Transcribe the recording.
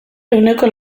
ehuneko